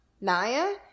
Naya